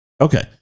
Okay